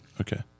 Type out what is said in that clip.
Okay